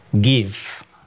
give